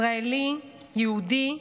ישראלי, יהודי,